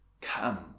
Come